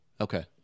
Okay